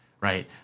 right